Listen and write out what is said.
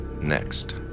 Next